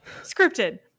Scripted